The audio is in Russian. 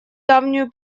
давнюю